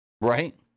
Right